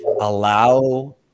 Allow